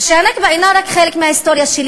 שהנכבה אינה רק חלק מההיסטוריה שלי.